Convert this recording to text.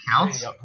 counts